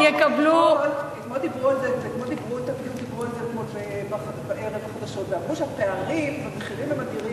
אתמול דיברו על זה בערב בחדשות ואמרו שהפערים במחירים הם אדירים.